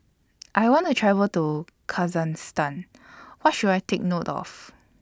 I want to travel to Kazakhstan What should I Take note of